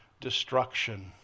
destruction